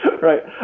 Right